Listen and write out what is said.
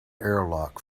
airlock